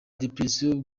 depression